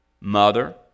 mother